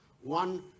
One